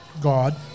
God